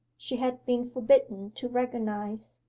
she had been forbidden to recognize.